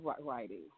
writing